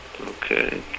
Okay